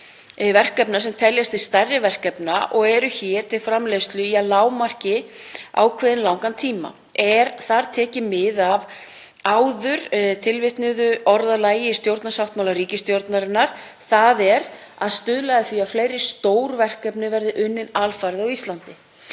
verkefna sem teljast til stærri verkefna og eru hér til framleiðslu í að lágmarki ákveðið langan tíma. Er þar tekið mið af framangreindu orðalagi í stjórnarsáttmála ríkisstjórnarinnar, þ.e. „stuðla að því að fleiri stór verkefni verði unnin alfarið á Íslandi“.